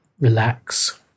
relax